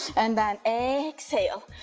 and then exhale,